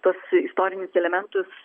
tuos istorinius elementus